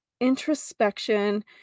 introspection